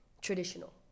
traditional